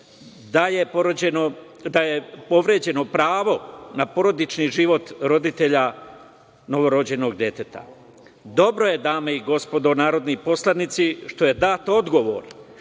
da je povređeno pravo na porodični život roditelja novorođenog deteta. Dobro je, dame i gospodo narodni poslanici, što je dat odgovor